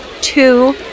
two